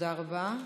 תודה רבה.